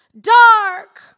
dark